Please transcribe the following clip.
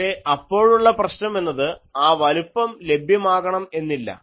പക്ഷേ അപ്പോഴുള്ള പ്രശ്നം എന്നത് ആ വലുപ്പം ലഭ്യമാകണം എന്നില്ല